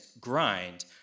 grind